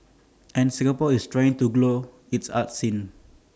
and Singapore is still trying to grow its arts scene